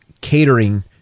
catering